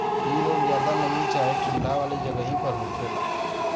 इ रोग ज्यादा नमी चाहे ठंडा वाला जगही पर होखेला